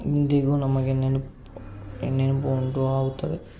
ಇಂದಿಗೂ ನಮಗೆ ನೆನಪು ನೆನಪುಂಟು ಆಗುತ್ತದೆ